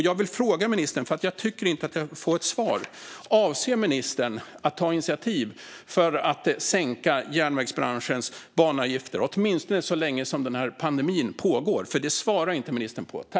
Jag vill fråga ministern, för jag tycker inte att jag har fått svar: Avser ministern att ta initiativ för att sänka järnvägsbranschens banavgifter, åtminstone så länge pandemin pågår? Detta svarade ministern inte på.